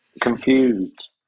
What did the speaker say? Confused